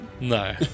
No